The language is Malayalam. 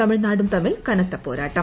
തമിഴ്നാടും തമ്മിൽ കനത്ത പോരാട്ടം